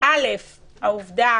העובדה